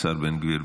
השר בן גביר.